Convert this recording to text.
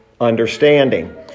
understanding